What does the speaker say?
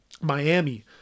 Miami